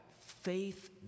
faith